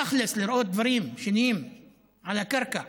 תכל'ס, לראות דברים שנהיים על הקרקע.